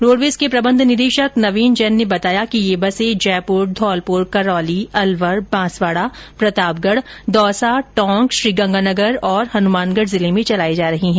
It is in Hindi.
रोडवेज के प्रबंध निदेशक नवीन जैन ने बताया कि ये बसें जयपुर धौलपुर करौली अलवर बांसवाडा प्रतापगढ दौसा टोंक श्रीगंगानगर और हनुमानगढ जिले में चलाई जा रही है